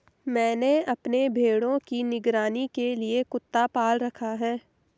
मैंने अपने भेड़ों की निगरानी के लिए कुत्ता पाल रखा है